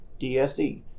DSE